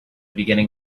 beginning